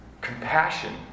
compassion